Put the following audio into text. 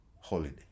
holiday